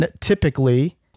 typically